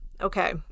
Okay